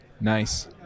Nice